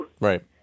Right